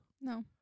No